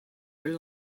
were